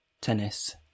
Tennis